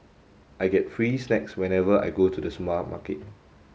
I get free snacks whenever I go to the